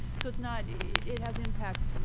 so it's not it it has impacts,